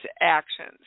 actions